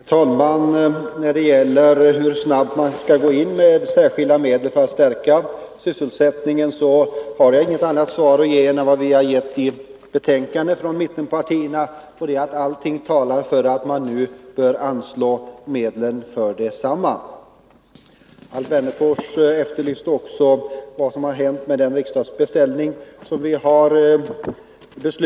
Herr talman! När det gäller hur snabbt man bör gå in med särskilda medel för att stärka sysselsättningen har jag inget annat svar att ge än det vi givit i betänkandet från mittenpartierna. Allting talar för att man nu bör anslå medlen. Alf Wennerfors efterlyste vad som hänt med den riksdagsbeställning som gjorts.